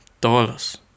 dollars